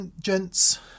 gents